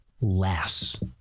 less